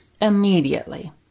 immediately